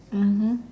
mmhmm